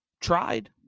Tried